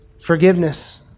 forgiveness